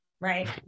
Right